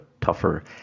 tougher